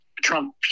Trump